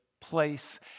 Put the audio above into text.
place